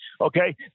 Okay